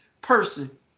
person